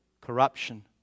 Corruption